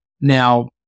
Now